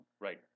Right